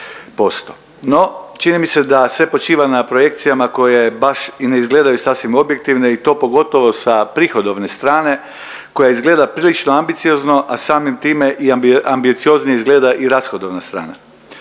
No, čini mi se da sve počiva na projekcijama koje baš i ne izgledaju sasvim objektivne i to pogotovo sa prihodovne strane koja izgleda prilično ambiciozno, a samim time i ambicioznije izgleda i rashodovna strana.